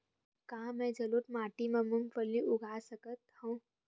का मैं जलोढ़ माटी म मूंगफली उगा सकत हंव?